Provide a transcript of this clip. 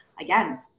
Again